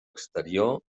exterior